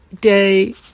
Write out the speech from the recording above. day